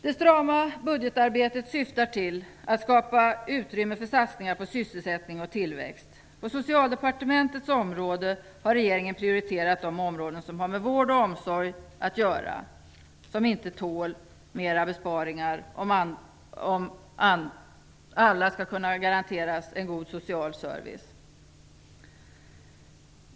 Det strama budgetarbetet syftar till att skapa utrymme för satsningar på sysselsättning och tillväxt. På Socialdepartementets område har regeringen prioriterat de delar som har med vård och omsorg att göra och som inte tål flera besparingar om alla skall kunna garanteras en god social service.